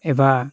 एबा